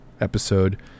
episode